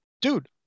dude